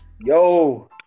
Yo